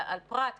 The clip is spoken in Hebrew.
על הפרט.